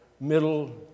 middle